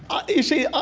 ah, you see,